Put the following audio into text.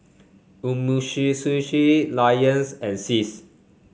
Lions and SIS